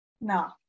No